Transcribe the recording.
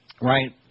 Right